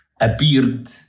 appeared